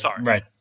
right